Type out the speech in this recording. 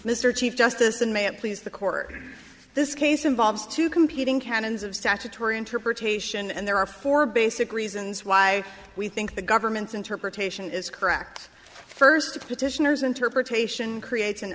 mr chief justice and may it please the court this case involves two competing canons of statutory interpretation and there are four basic reasons why we think the government's interpretation is correct first to petitioners interpretation creat